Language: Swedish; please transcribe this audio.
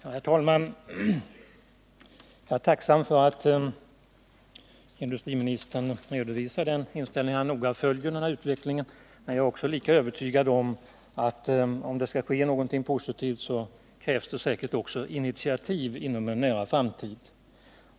Herr talman! Jag är tacksam för att industriministern redovisar den inställningen att han noga följer utvecklingen. Men jag är övertygad om att om det skall ske något positivt krävs det också initiativ inom en nära framtid.